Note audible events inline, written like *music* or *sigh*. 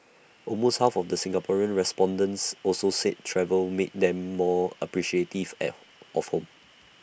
almost half of the Singaporean respondents also said travel made them more appreciative *unintelligible* of home